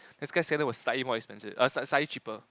then Skyscanner was slightly more expensive uh slightly slightly cheaper